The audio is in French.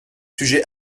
sujets